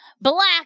Black